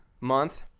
month